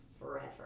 forever